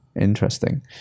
Interesting